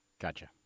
Gotcha